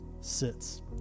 sits